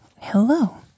Hello